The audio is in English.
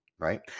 right